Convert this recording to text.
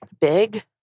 big